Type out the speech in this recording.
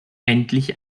endlich